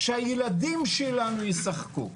שהילדים שלנו ישחקו.